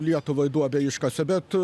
lietuvai duobę iškasė bet